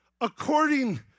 According